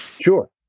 Sure